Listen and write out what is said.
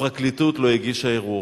הפרקליטות לא הגישה ערעור.